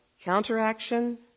counteraction